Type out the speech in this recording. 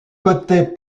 côté